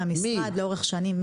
לאורך שנים.